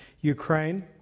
Ukraine